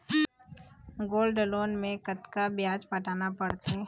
Gold loan मे कतका ब्याज पटाना पड़थे?